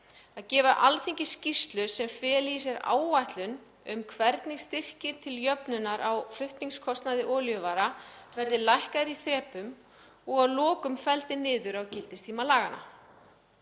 2024 gefa Alþingi skýrslu sem feli í sér áætlun um hvernig styrkir til jöfnunar á flutningskostnaði olíuvara verði lækkaðir í þrepum og að lokum felldir niður á gildistíma laganna.